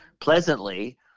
Pleasantly